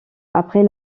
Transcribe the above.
après